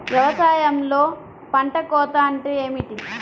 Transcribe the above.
వ్యవసాయంలో పంట కోత అంటే ఏమిటి?